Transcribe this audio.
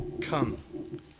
come